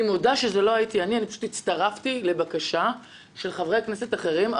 אני מודה שזו לא הייתי אני ואני פשוט הצטרפתי לבקשה של חברי כנסת אחרים.